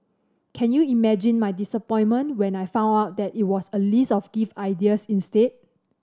can you imagine my disappointment when I found out that it was a list of gift ideas instead